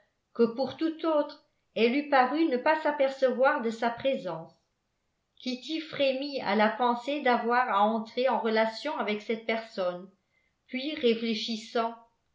que pour tout autre elle eût paru ne pas s'apercevoir de sa présence kitty frémit à la pensée d'avoir à entrer en relation avec cette personne puis réfléchissant